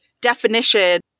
definition